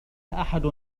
أحد